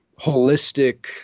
holistic